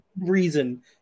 reason